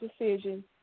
decision